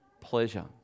pleasure